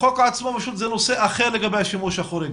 החוק עצמו הוא נושא אחר לגבי השימוש החורג.